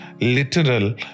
literal